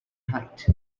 height